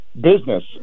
business